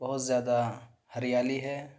بہت زیادہ ہریالی ہے